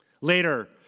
Later